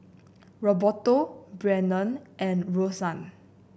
Roberto Brennan and Rosann